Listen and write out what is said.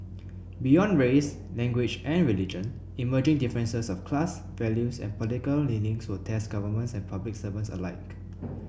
beyond race language and religion emerging differences of class values and political leanings will test governments and public servants alike